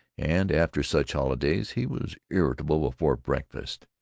and after such holidays he was irritable before breakfast.